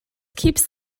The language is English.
keeps